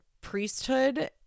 priesthood